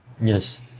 Yes